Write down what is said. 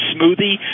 smoothie